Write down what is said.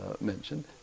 mentioned